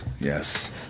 Yes